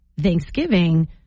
Thanksgiving